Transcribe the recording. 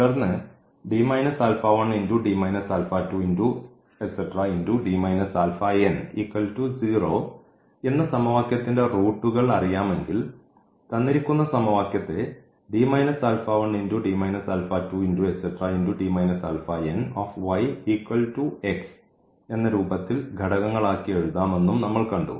തുടർന്ന് എന്ന സമവാക്യത്തിൻറെ റൂട്ടുകൾ അറിയാമെങ്കിൽ തന്നിരിക്കുന്ന സമവാക്യത്തെ എന്ന രൂപത്തിൽ ഘടകങ്ങൾ ആക്കി എഴുതാമെന്നും നമ്മൾ കണ്ടു